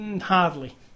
hardly